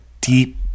deep